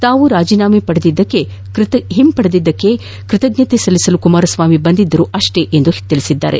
ತಾವು ರಾಜೀನಾಮೆ ಹಿಂಪಡೆದಿದಕ್ಕೆ ಕೃತಜ್ಞತೆ ಸಲ್ಲಿಸಲು ಕುಮಾರಸ್ವಾಮಿ ಬಂದಿದ್ದರು ಅಷ್ಟೇ ಎಂದರು